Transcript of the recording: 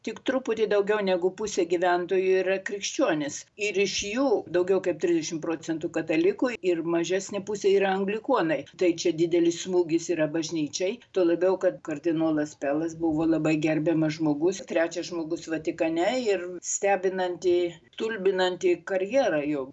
tik truputį daugiau negu pusė gyventojų yra krikščionys ir iš jų daugiau kaip trisdešimt procentų katalikų ir mažesnė pusė yra anglikonai tai čia didelis smūgis yra bažnyčiai tuo labiau kad kardinolas pelas buvo labai gerbiamas žmogus trečias žmogus vatikane ir stebinanti stulbinanti karjera jo